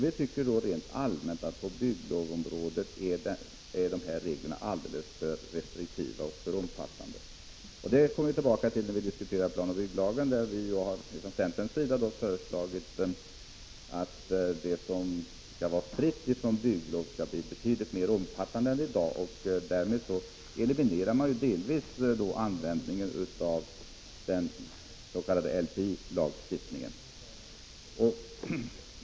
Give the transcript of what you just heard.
Vi tycker rent allmänt att på bygglovsområdet är reglerna alldeles för restriktiva och för omfattande. Detta kommer vi tillbaka till när planoch bygglagen skall diskuteras. Vi har från centerns sida därvidlag föreslagit att det avsnitt som skall vara fritt från bygglov skall bli betydligt mer omfattande än i dag. Därmed eliminerar man delvis tillämpningen av den s.k. LPI lagstiftningen.